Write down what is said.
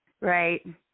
right